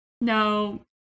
no